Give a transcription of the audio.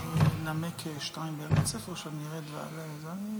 לרשותך עשר דקות, בבקשה.